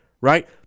Right